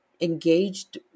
engaged